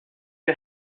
you